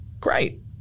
Great